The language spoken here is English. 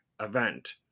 event